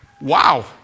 Wow